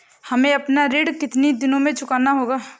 हमें अपना ऋण कितनी दिनों में चुकाना होगा?